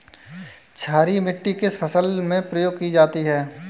क्षारीय मिट्टी किस फसल में प्रयोग की जाती है?